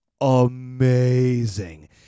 amazing